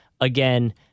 again